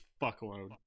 fuckload